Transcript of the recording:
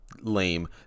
Lame